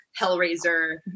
Hellraiser